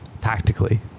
tactically